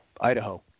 Idaho